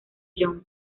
young